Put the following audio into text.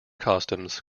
customs